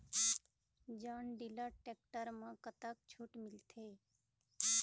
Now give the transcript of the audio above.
John Deere tractor म कतक छूट मिलथे?